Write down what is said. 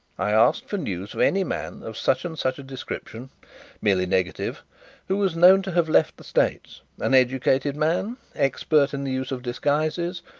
i asked for news of any man of such and such a description merely negative who was known to have left the states an educated man, expert in the use of disguises,